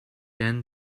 end